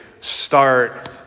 start